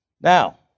Now